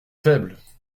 faibles